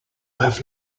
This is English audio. have